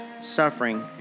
suffering